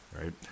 right